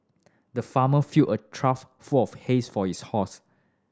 the farmer filled a trough full of hay for his horse